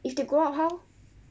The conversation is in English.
if they grow up how